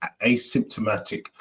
asymptomatic